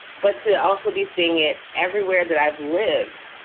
but to also be seeing it everywhere that i've lived.